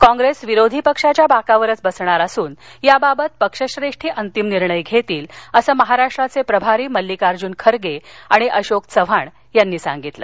कॉप्रेस विरोधी पक्षाच्या बाकावरच बसणार असून याबाबत पक्षश्रेष्ठी अंतिम निर्णय घेतील असं महाराष्ट्राचे प्रभारी मल्लिकार्जुन खरगे आणि अशोक चव्हाण यांनी सांगितल